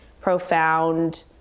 profound